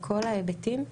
בכל ההיבטים.